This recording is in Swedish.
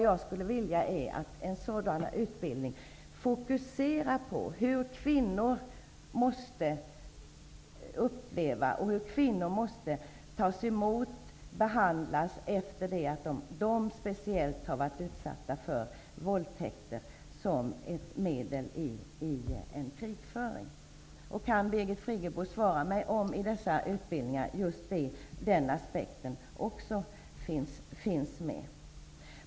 Jag skulle vilja att man i en sådan utbildning fokuserade hur kvinnor som har varit utsatta för våldtäkter som ett medel i krigföringen upplever det och hur de måste tas emot och behandlas. Kan Birgit Friggebo svara på om den aspekten finns med i utbildningen?